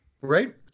Right